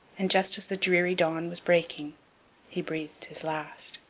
and, just as the dreary dawn was breaking he breathed his last.